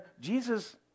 Jesus